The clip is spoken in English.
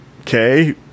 okay